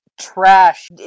trash